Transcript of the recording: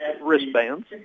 Wristbands